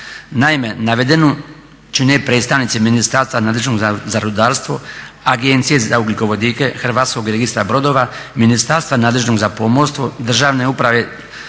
se sastoji od predstavnika ministarstva nadležnog za rudarstvo, Agencije za ugljikovodike, Hrvatskog registra brodova, Ministarstva nadležnog za pomorstvo, Državne uprave